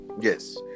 Yes